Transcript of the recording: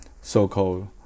so-called